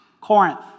Corinth